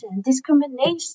discrimination